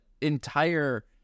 entire